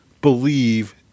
believe